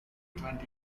twenty